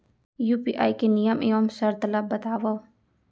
UPI के नियम एवं शर्त ला बतावव